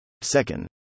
Second